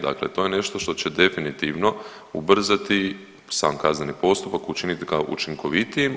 Dakle, to je nešto što će definitivno ubrzati sam kazneni postupak, učinit ga učinkovitijim.